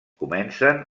comencen